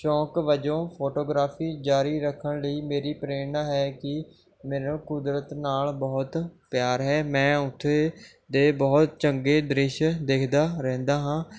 ਸ਼ੌਂਕ ਵਜੋਂ ਫੋਟੋਗ੍ਰਾਫੀ ਜ਼ਾਰੀ ਰੱਖਣ ਲਈ ਮੇਰੀ ਪ੍ਰੇਰਨਾ ਹੈ ਕਿ ਮੈਨੂੰ ਕੁਦਰਤ ਨਾਲ਼ ਬਹੁਤ ਪਿਆਰ ਹੈ ਮੈਂ ਉੱਥੇ ਦੇ ਬਹੁਤ ਚੰਗੇ ਦ੍ਰਿਸ਼ ਦੇਖਦਾ ਰਹਿੰਦਾ ਹਾਂ